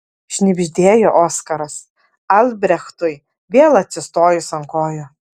šnibždėjo oskaras albrechtui vėl atsistojus ant kojų